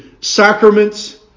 sacraments